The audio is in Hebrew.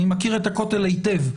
אני מכיר את הכותל היטב.